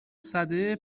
سده